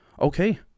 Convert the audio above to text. Okay